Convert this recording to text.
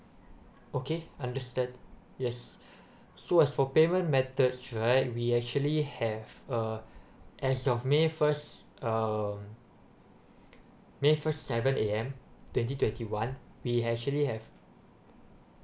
okay understand yes so as for payment methods right we actually have uh as of may first um may first seven A_M twenty twenty one we actually have